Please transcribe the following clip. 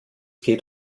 geht